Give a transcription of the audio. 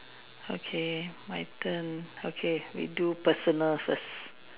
okay my turn okay we do personal first